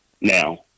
Now